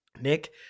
Nick